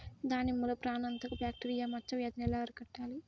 దానిమ్మలో ప్రాణాంతక బ్యాక్టీరియా మచ్చ వ్యాధినీ ఎలా అరికట్టాలి?